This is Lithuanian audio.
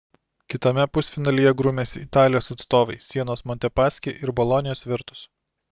kitame pusfinalyje grūmėsi italijos atstovai sienos montepaschi ir bolonijos virtus